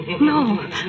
No